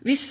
Hvis